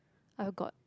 I got